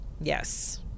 Yes